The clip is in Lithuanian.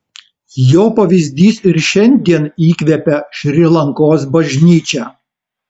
jo pavyzdys ir šiandien įkvepia šri lankos bažnyčią